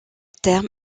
terme